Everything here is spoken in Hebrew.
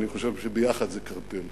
אני חושב שיחד זה קרטל.